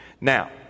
Now